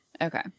Okay